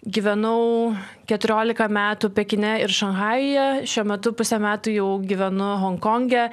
gyvenau keturiolika metų pekine ir šanchajuje šiuo metu pusę metų jau gyvenu honkonge